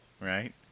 Right